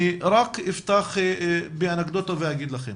אני אפתח באנקדוטה ואומר לכם